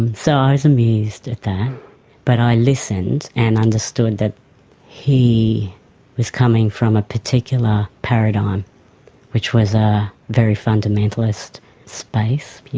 and so i was amused at that but i listened and understood that he was coming from a particular paradigm which was a very fundamentalist space, you